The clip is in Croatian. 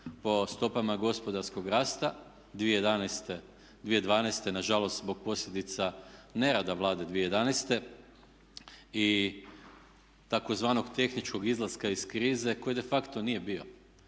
po stopama gospodarskog rasta 2011., 2012.nažalost zbog posljedica ne rada Vlade 2011. i tzv. tehničkog izlaska iz krize koji de facto nije bio.